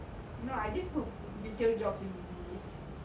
looking at like in this location